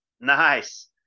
Nice